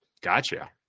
Gotcha